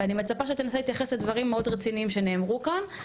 ואני מצפה שתנסה להתייחס לדברים המאוד רציניים שנאמרו כאן,